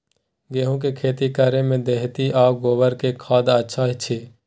गेहूं के खेती करे में देहाती आ गोबर के खाद अच्छा छी?